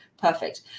perfect